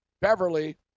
Beverly